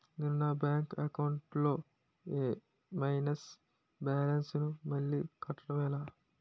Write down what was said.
నేను నా bank account లొ మైనస్ బాలన్స్ ను మళ్ళీ కట్టడం ఎలా?